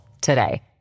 today